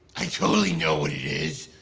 i totally know what it is,